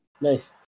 nice